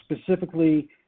Specifically